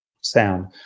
sound